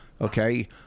Okay